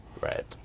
right